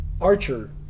Archer